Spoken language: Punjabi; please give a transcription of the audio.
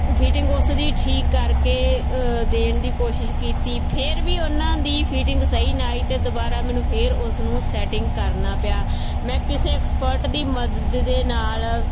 ਫਿਟਿੰਗ ਉਸ ਦੀ ਠੀਕ ਕਰਕੇ ਦੇਣ ਦੀ ਕੋਸ਼ਿਸ਼ ਕੀਤੀ ਫਿਰ ਵੀ ਉਹਨਾਂ ਦੀ ਫਿਟਿੰਗ ਸਹੀ ਨਾ ਆਈ ਅਤੇ ਦੁਬਾਰਾ ਮੈਨੂੰ ਫਿਰ ਉਸ ਨੂੰ ਸੈਟਿੰਗ ਕਰਨਾ ਪਿਆ ਮੈਂ ਕਿਸੇ ਐਕਸਪਰਟ ਦੀ ਮਦਦ ਦੇ ਨਾਲ